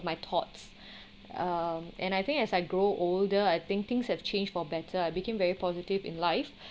my thoughts um and I think as I grow older I think things have changed for better I became very positive in life